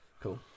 Cool